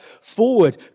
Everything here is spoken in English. forward